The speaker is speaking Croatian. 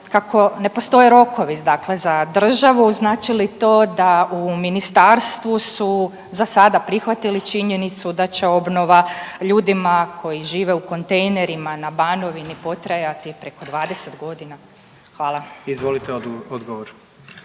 Kako ne postoje rokovi dakle za državu, znači li to da u Ministarstvu su za sada prihvatili činjenicu da će obnova ljudima koji žive u kontejnerima na Banovini potrajati preko 20 godina? Hvala. **Jandroković,